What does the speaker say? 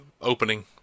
opening